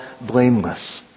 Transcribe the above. blameless